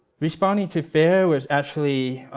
responding to fair was actually